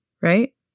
Right